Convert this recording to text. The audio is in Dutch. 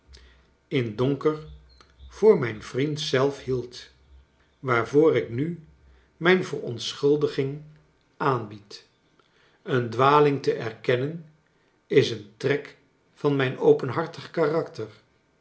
donker voor nxijn vriend zelf hield waarvoor ik nu mijn verontschuldiging aanbied een dwaling te erkennen is een trek van mijn openhartig karakter